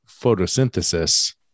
photosynthesis